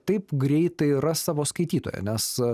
taip greitai ras savo skaitytoją nes